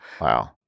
Wow